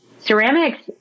ceramics